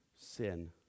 sin